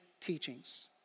teachings